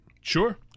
Sure